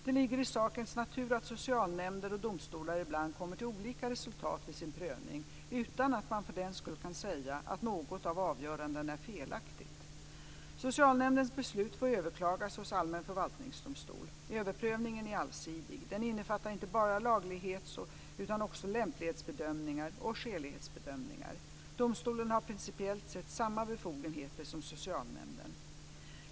Det ligger i sakens natur att socialnämnder och domstolar ibland kommer till olika resultat vid sin prövning, utan att man för den skull kan säga att något av avgörandena är felaktigt. Socialnämndens beslut får överklagas hos allmän förvaltningsdomstol. Överprövningen är allsidig. Den innefattar inte bara laglighets utan också lämplighetsbedömningar och skälighetsbedömningar. Domstolen har principiellt sett samma befogenheter som socialnämnden.